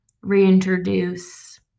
reintroduce